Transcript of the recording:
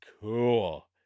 cool